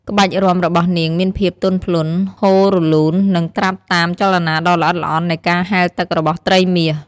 ក្បាច់រាំរបស់នាងមានភាពទន់ភ្លន់ ហូររលូន និងត្រាប់តាមចលនាដ៏ល្អិតល្អន់នៃការហែលទឹករបស់ត្រីមាស។